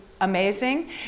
amazing